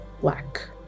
black